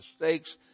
mistakes